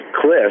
cliff